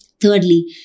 Thirdly